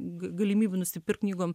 g galimybių nusipirkt knygom